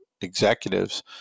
executives